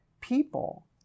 people